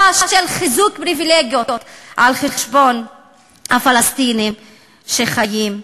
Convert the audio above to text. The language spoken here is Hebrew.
של חיזוק פריבילגיות על חשבון הפלסטינים שחיים פה.